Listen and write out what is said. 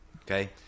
okay